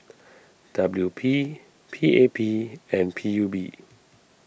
W P P A P and P U B